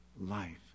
life